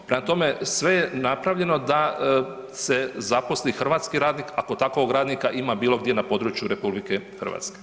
Prema tome, sve je napravljeno da se zaposli hrvatski radnik, ako takvog radnika ima bilo gdje na području RH.